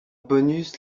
bonus